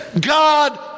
God